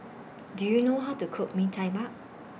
Do YOU know How to Cook Bee Tai Mak